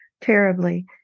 terribly